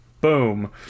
Boom